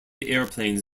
airplanes